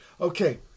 okay